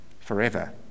forever